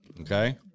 Okay